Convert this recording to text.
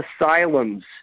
asylums